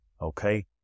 Okay